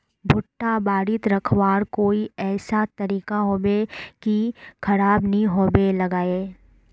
भुट्टा बारित रखवार कोई ऐसा तरीका होबे की खराब नि होबे लगाई?